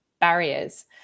barriers